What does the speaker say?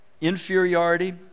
inferiority